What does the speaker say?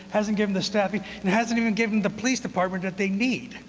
hasn't given the staffing, and hasn't even given the police department that they need.